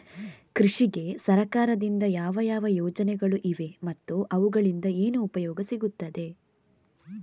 ಕೃಷಿಗೆ ಸರಕಾರದಿಂದ ಯಾವ ಯಾವ ಯೋಜನೆಗಳು ಇವೆ ಮತ್ತು ಅವುಗಳಿಂದ ಏನು ಉಪಯೋಗ ಸಿಗುತ್ತದೆ?